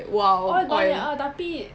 oil banyak ah tapi